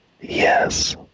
yes